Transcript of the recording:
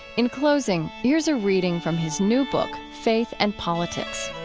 in closing, here's a reading from his new book, faith and politics